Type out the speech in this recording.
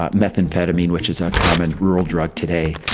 ah methamphetamine, which is a common rural drug today,